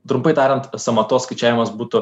trumpai tariant sąmatos skaičiavimas būtų